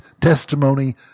testimony